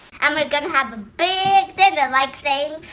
i'm ah gonna have a big dinner like